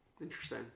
interesting